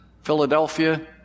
Philadelphia